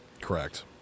Correct